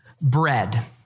bread